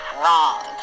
wrong